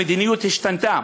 המדיניות השתנתה.